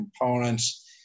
components